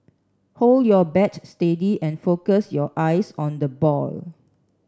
hold your bat steady and focus your eyes on the ball